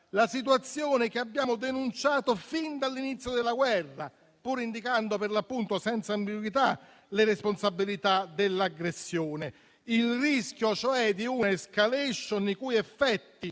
la situazione che abbiamo denunciato fin dall'inizio della guerra, pur indicando, per l'appunto, senza ambiguità, le responsabilità dell'aggressione. Sto parlando del rischio di una *escalation* i cui effetti